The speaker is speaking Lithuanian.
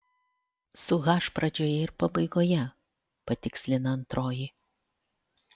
su h pradžioje ir pabaigoje patikslina antroji